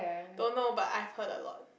don't know but I've heard a lot